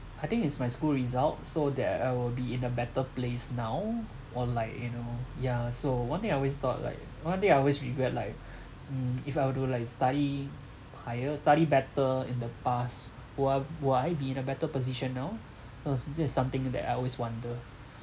I think it's my school result so that I will be in a better place now or like you know yeah so one thing I always thought like one thing I always regret like mm if I were to like study higher study better in the past will will I be in a better position now so this is something that I always wonder